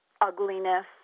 ugliness